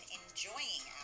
enjoying